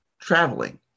Traveling